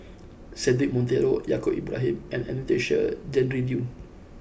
Cedric Monteiro Yaacob Ibrahim and Anastasia Tjendri Liew